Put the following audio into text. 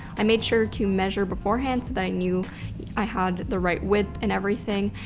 i made sure to measure beforehand so that i knew i had the right width and everything.